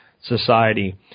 society